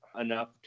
enough